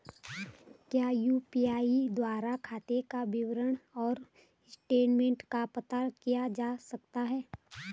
क्या यु.पी.आई द्वारा खाते का विवरण और स्टेटमेंट का पता किया जा सकता है?